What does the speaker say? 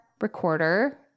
recorder